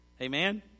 Amen